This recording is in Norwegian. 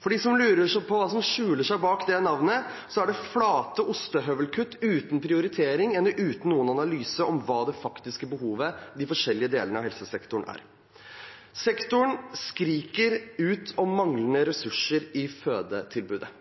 For dem som lurer på hva som skjuler seg bak det navnet, er det flate ostehøvelkutt uten prioritering eller uten noen analyse om hva det faktiske behovet i de forskjellige delene av helsesektoren er. Sektoren skriker ut om manglende ressurser i fødetilbudet. Statsminister